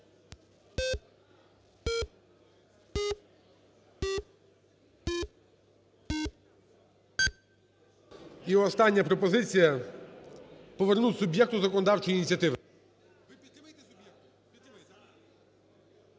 до пропозиції повернути суб'єкту законодавчої ініціативи.